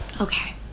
Okay